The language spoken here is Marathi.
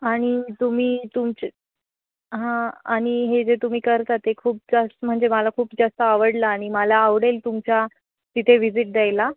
आणि तुम्ही तुमचे हां आणि हे जे तुम्ही करता ते खूप जास् म्हणजे मला खूप जास्त आवडलं आणि मला आवडेल तुमच्या तिथे व्हिजिट द्यायला